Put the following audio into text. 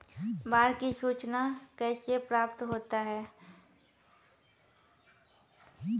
बाढ की सुचना कैसे प्राप्त होता हैं?